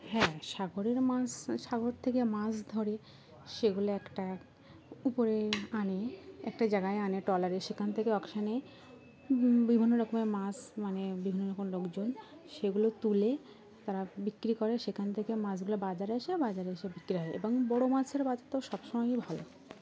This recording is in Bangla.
হ্যাঁ সাগরের মাছ সাগর থেকে মাছ ধরে সেগুলো একটা উপরে আনে একটা জায়গায় আনে ট্রলারে সেখান থেকে অকশানে বিভিন্ন রকমের মাছ মানে বিভিন্ন রকম লোকজন সেগুলো তুলে তারা বিক্রি করে সেখান থেকে মাছগুলো বাজারে এসে বাজারে এসে বিক্রি হয় এবং বড়ো মাছের বাজার তো সব সময়ই ভালো